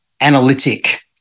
analytic